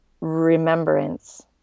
remembrance